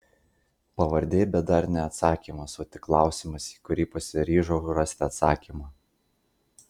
pavardė bet dar ne atsakymas o tik klausimas į kurį pasiryžau rasti atsakymą